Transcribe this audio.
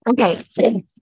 Okay